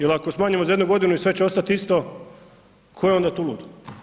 Jer ako smanjimo za jednu godinu i sve će ostati isto, tko je onda tu lud?